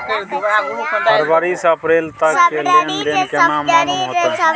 फरवरी से अप्रैल तक के लेन देन केना मालूम होते?